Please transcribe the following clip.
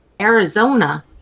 Arizona